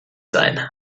sein